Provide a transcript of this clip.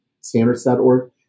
standards.org